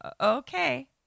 Okay